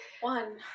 One